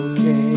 Okay